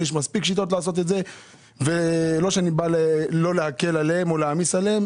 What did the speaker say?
יש מספיק שיטות לעשות את זה; זה לא שאני בא להעמיס עליהם,